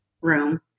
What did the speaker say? room